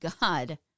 God